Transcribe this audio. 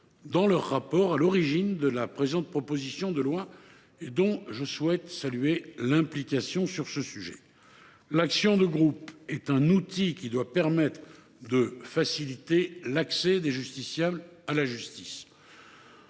dans le rapport qui fut à l’origine de la présente proposition de loi ; je veux saluer leur implication sur ce sujet. L’action de groupe est un outil qui doit permettre de faciliter l’accès des justiciables à la justice.